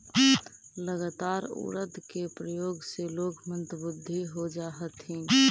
लगातार उड़द के प्रयोग से लोग मंदबुद्धि हो जा हथिन